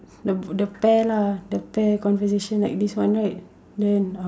the pair lah the pair conversation like this one right then then uh